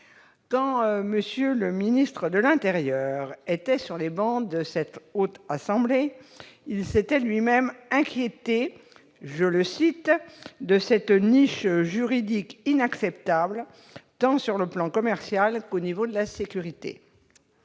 Quand M. le ministre de l'intérieur siégeait sur les travées de cette Haute Assemblée, il s'était lui-même inquiété de « cette niche juridique inacceptable tant sur le plan commercial qu'au niveau de la sécurité